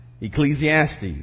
Ecclesiastes